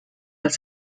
als